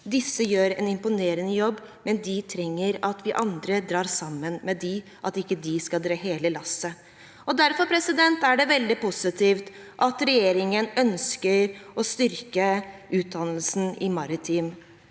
Disse gjør en imponerende jobb, men de trenger at vi andre drar sammen med dem – at ikke de skal dra hele lasset. Derfor er det veldig positivt at regjeringen ønsker å styrke utdannelsen i maritim